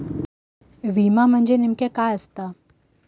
विमा म्हणजे नेमक्या काय आसा?